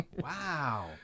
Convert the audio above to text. wow